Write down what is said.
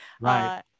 right